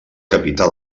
capità